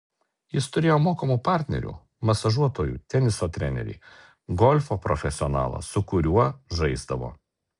jis turėjo mokamų partnerių masažuotojų teniso trenerį golfo profesionalą su kuriuo žaisdavo